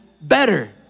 better